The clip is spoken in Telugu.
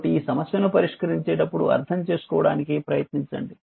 కాబట్టి ఈ సమస్యను పరిష్కరించేటప్పుడు అర్థం చేసుకోవడానికి ప్రయత్నించండి